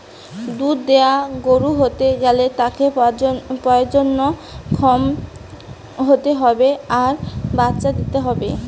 দুধ দিয়া গরু হতে গ্যালে তাকে প্রজনন ক্ষম হতে হবে আর বাচ্চা দিতে হবে